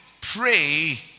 pray